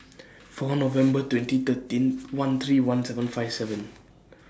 four November twenty thirteen one three one seven five seven